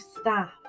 staff